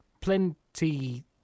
plenty